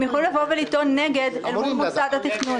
הם יכולים לבוא ולטעון נגד התוכנית אל מול מוסד התכנון.